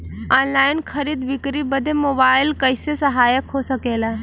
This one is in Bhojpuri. ऑनलाइन खरीद बिक्री बदे मोबाइल कइसे सहायक हो सकेला?